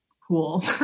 cool